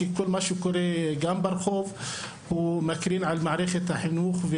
כי כל מה שקורה גם ברחוב הוא מקרין על מערכת החינוך,